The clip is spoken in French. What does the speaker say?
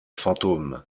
fantôme